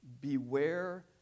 Beware